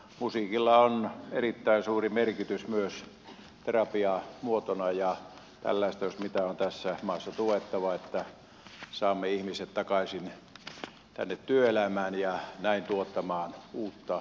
musiikilla on erittäin suuri merkitys myös terapiamuotona ja tällaista jos mitä on tässä maassa tuettava jotta saamme ihmiset takaisin tänne työelämään ja näin tuottamaan uutta jaettavaa yhteiskunnalle